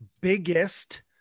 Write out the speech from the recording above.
biggest